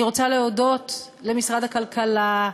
אני רוצה להודות למשרד הכלכלה,